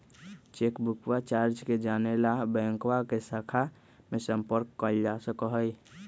चेकबुकवा चार्ज के जाने ला बैंकवा के शाखा में संपर्क कइल जा सका हई